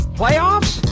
playoffs